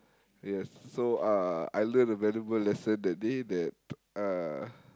yes so uh I learn a valuable lesson that day that uh